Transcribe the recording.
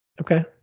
okay